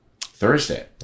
Thursday